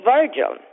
Virgil